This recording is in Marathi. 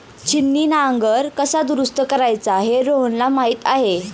छिन्नी नांगर कसा दुरुस्त करायचा हे रोहनला माहीत आहे